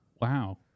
Wow